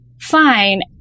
fine